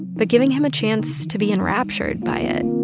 but giving him a chance to be enraptured by it